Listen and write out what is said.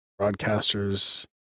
broadcasters